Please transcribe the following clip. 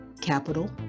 capital